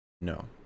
No